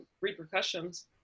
repercussions